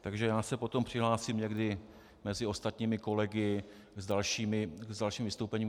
Takže já se potom přihlásím někdy mezi ostatními kolegy s dalším vystoupením.